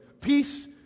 Peace